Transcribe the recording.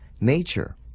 nature